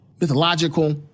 mythological